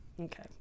Okay